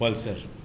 pulsar